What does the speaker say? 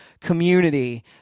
community